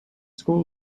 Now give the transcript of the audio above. school